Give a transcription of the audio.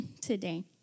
today